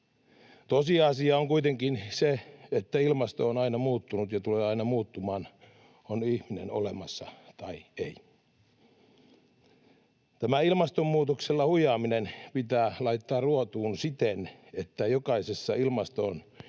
Tosiasia on kuitenkin se, että ilmasto on aina muuttunut ja tulee aina muuttumaan, on ihminen olemassa tai ei. Tämä ilmastonmuutoksella huijaaminen pitää laittaa ruotuun siten, että jokaisessa ilmastoon